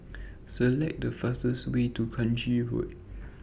Select The fastest Way to Kranji Road